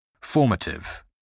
Formative